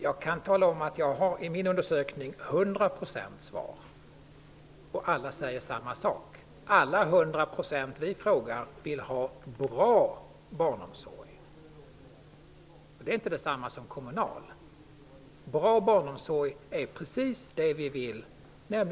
Jag kan tala om att jag i min undersökning har kommit till resultatet att hundra procent vill ha bra barnomsorg. Det säger alla som vi har frågat. Och bra barnomsorg är inte detsamma som kommunal barnomsorg.